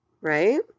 right